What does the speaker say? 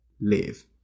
Live